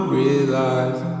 realize